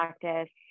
practice